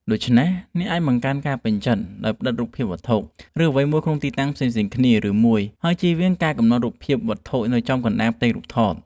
ដូច្នេះ អ្នកអាចបង្កើនការពេញចិត្ត ដោយផ្តិតរូបភាពវត្ថុ ឬអ្វីមួយក្នុងទីតាំងផ្សេងៗគ្នា ឬមួយ ហើយជៀសវាងការកំណត់រូបភាពវត្ថុនៅចំកណ្តាលផ្ទៃរូបថត។